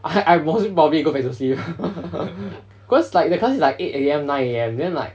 I I most probably go back to sleep cause like the class is like eight A_M nine A_M then like